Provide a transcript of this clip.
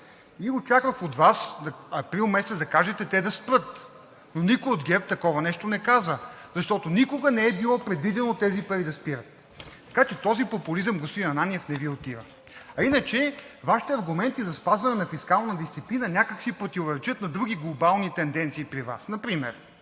Очаквах от Вас април месец да кажете те да спрат, но никой от ГЕРБ такова нещо не каза, защото никога не е било предвидено тези пари да спират. Така че този популизъм, господин Ананиев, не Ви отива. А иначе Вашите аргументи за спазване на фискална дисциплина някак си противоречат на други глобални тенденции при Вас, например